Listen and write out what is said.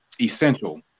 essential